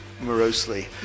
morosely